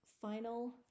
final